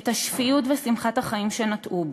את השפיות ושמחת החיים שנטעו בי,